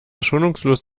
schonungslos